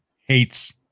hates